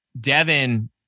Devin